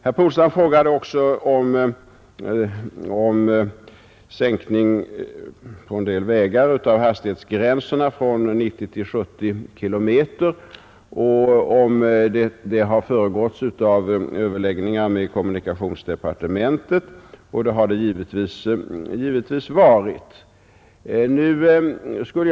Herr Polstam frågade också om sänkningen på en del vägar av hastighetsgränsen från 90 till 70 km/tim hade föregåtts av överläggningar med kommunikationsdepartementet. Det har givetvis varit sådana överläggningar.